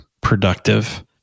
productive